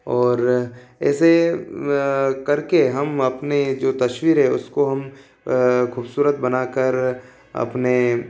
और ऐसे करके हम अपने जो तस्वीर है उसको हम खूबसूरत बनाकर अपने